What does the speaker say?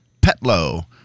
Petlo